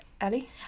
Ellie